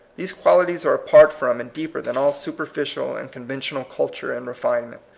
these qualities are apart from and deeper than all superficial and conven tional culture and refinement,